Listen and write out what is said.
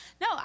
No